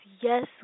yes